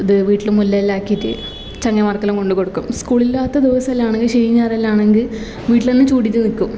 അത് വീട്ടിൽ മുല്ലേല്ലാം ആക്കീട്ട് ചങ്ങായിമാർക്കെല്ലാം കൊണ്ട് കൊടുക്കും സ്കൂളില്ലാത്ത ദിവസമെല്ലാം ആണങ്കിൽ ശനീം ഞായറും ആണെങ്കിൽ വീട്ടിൽ തന്നെ ചുടീട്ട് നിക്കും